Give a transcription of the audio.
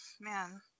man